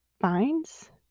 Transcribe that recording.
Finds